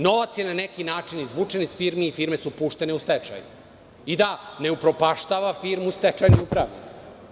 Novac je na neki način izvučen iz firmi i firme su puštene u stečaj i da ne upropaštava firmu stečajni upravnik.